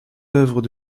oeuvres